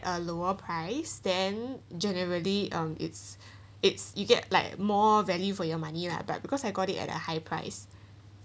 a lower price then generally um it's it's you get like more value for your money lah but because I got it at a high price